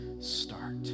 start